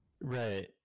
right